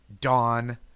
dawn